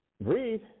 Breathe